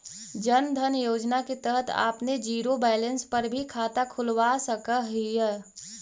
जन धन योजना के तहत आपने जीरो बैलेंस पर भी खाता खुलवा सकऽ हिअ